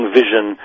vision